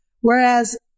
whereas